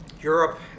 Europe